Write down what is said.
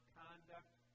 conduct